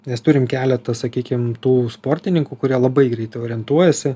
mes turim keletą sakykim tų sportininkų kurie labai greitai orientuojasi